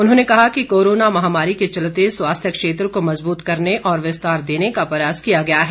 उन्होंने कहा कि कोरोना महामारी के चलते स्वास्थ्य क्षेत्र को मजबूत करने और विस्तार देने का प्रयास किया गया है